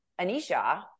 Anisha